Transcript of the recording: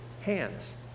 hands